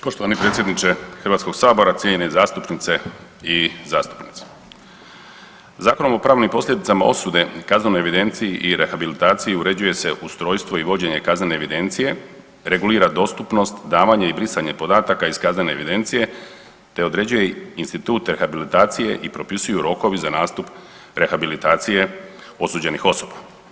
Poštovani predsjedniče Hrvatskog sabora, cijenjene zastupnice i zastupnici, Zakonom o pravnim posljedicama osude, kaznenoj evidenciji i rehabilitaciji uređuje se ustrojstvo i vođenje kaznene evidencije, regulira dostupnost, davanje i brisanje podataka iz kaznene evidencije te određuje institut rehabilitacije i propisuju rokovi za nastup rehabilitacije osuđenih osoba.